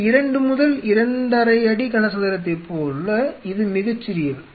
இந்த 2 முதல் 2 அரை அடி கனசதுரத்தைப் போல இது மிகச் சிறியது